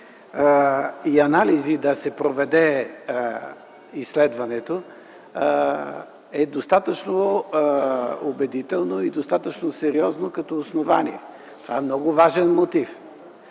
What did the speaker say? и анализи, да се проведе изследването, е достатъчно убедително и достатъчно сериозно като основание. Това е много важен мотив.